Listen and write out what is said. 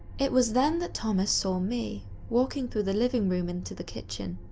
it was then that thomas saw me walking through the living room into the kitchen.